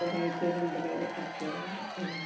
ഒരു I T കമ്പിനീൽ work ചെയ്യുന്നു